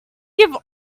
give